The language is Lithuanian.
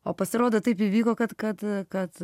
o pasirodo taip įvyko kad kad kad